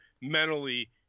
mentally –